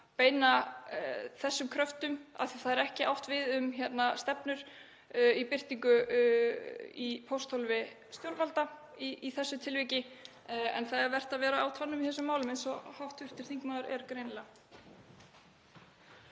beina þessum kröftum að af því að ekki er átt við stefnubirtingu í pósthólfi stjórnvalda í þessu tilviki. En það er vert að vera á tánum í þessum málum eins og hv. þingmaður er greinilega.